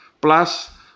plus